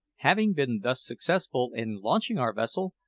having been thus successful in launching our vessel,